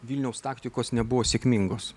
vilniaus taktikos nebuvo sėkmingos